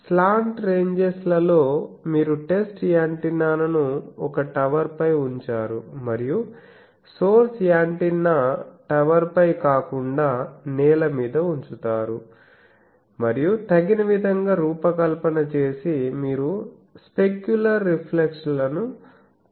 slant ranges లలో మీరు test యాంటెన్నాను ఒక టవర్పై ఉంచారు మరియు సోర్స్ యాంటెన్నా టవర్పై కాకుండా నేలమీద ఉంచుతారు మరియు తగిన విధంగా రూపకల్పన చేసి మీరు స్పెక్యులర్ రిఫ్లెక్షన్లను తొలగిస్తారు